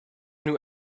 new